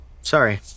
sorry